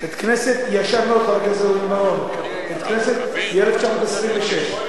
בית-כנסת ישן מאוד, מ-1926.